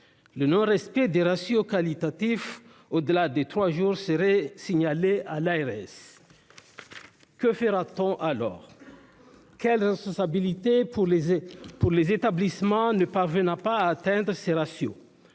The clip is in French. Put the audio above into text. Le non-respect des ratios qualitatifs au-delà de trois jours serait signalé à l'ARS. Que ferait-on, alors ? Quelles seraient les responsabilités pour les établissements ne parvenant pas à atteindre ces ratios ?